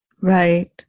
Right